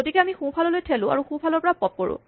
গতিকে আমি সোঁফালৈ থেলো আৰু সোঁফালৰ পৰা পপ্ কৰোঁ